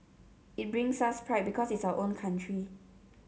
it brings us pride because it's our own country